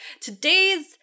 today's